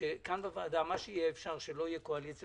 שכאן בוועדה, היכן שאפשר, לא יהיה קואליציה